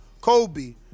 Kobe